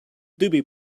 dubi